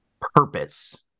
purpose